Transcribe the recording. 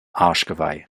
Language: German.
arschgeweih